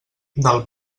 del